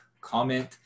comment